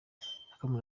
yakomeje